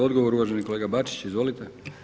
Odgovor uvaženi kolega Bačić, izvolite.